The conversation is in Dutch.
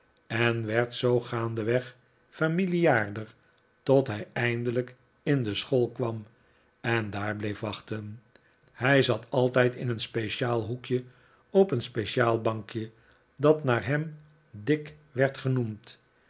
en werd zoo gaandeweg familiaarder tot hij eindelijk in de school kwam en daar bleef wachten hij zat altijd in een speciaal hoekje op een speciaal bankje dat naar hem dick werd genoemd